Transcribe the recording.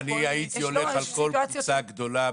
מהפרקטיקה, אני הייתי הולך על כל קבוצה גדולה.